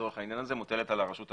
לצורך העניין הזה מוטלת על הרשות המקומית.